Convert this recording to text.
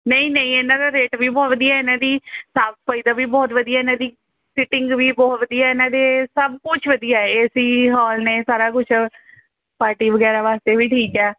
ਨਹੀਂ ਨਹੀਂ ਇਹਨਾਂ ਦਾ ਰੇਟ ਵੀ ਬਹੁਤ ਵਧੀਆ ਇਹਨਾਂ ਦੀ ਸਾਫ਼ ਸਫਾਈ ਦਾ ਵੀ ਬਹੁਤ ਵਧੀਆ ਇਹਨਾਂ ਦੀ ਸੀਟਿੰਗ ਵੀ ਬਹੁਤ ਵਧੀਆ ਇਨ੍ਹਾਂ ਦੇ ਸਭ ਕੁਝ ਵਧੀਆ ਏ ਏ ਸੀ ਹਾਲ ਨੇ ਸਾਰਾ ਕੁਝ ਪਾਰਟੀ ਵਗੈਰਾ ਵਾਸਤੇ ਵੀ ਠੀਕ ਹੈ